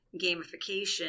gamification